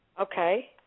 Okay